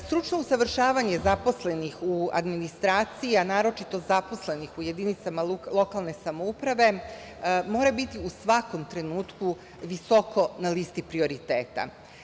Stručno usavršavanje zaposlenih u administraciji, a naročito zaposlenih u jedinicama lokalne samouprave mora biti u svakom trenutku visoko na listi prioriteta.